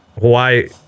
Hawaii